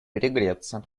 перегреться